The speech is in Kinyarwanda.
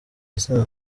isano